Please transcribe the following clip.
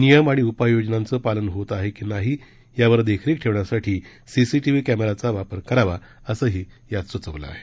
नियम आणि उपाययोजनांचं पालन होत आहे की नाही यावर देखरेख ठेवण्यासाठी सीसीटीव्ही कॅमेरांचा वापर करावा असंही यात स्चवलं आहे